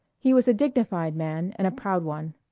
he was a dignified man and a proud one.